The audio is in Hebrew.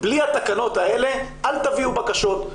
בלי התקנות האלה אל תביאו בקשות.